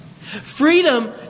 Freedom